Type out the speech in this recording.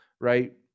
right